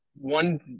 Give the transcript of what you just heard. one